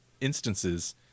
instances